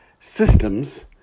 systems